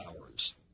hours